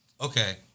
Okay